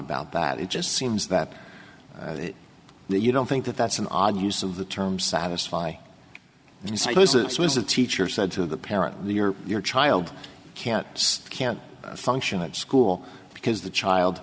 about that it just seems that the you don't think that that's an odd use of the term satisfy you psychosis was a teacher said to the parent your your child can't can't function at school because the child